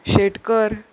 Shetkar